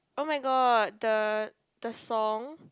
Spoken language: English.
oh my god the the song